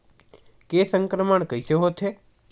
के संक्रमण कइसे होथे?